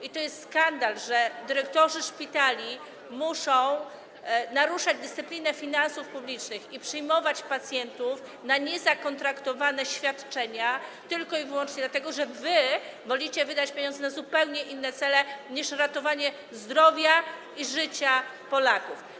I to jest skandal, że dyrektorzy szpitali muszą naruszać dyscyplinę finansów publicznych i przyjmować pacjentów na niezakontraktowane świadczenia tylko i wyłącznie dlatego, że wy wolicie wydać pieniądze na zupełnie inne cele niż ratowanie zdrowia i życia Polaków.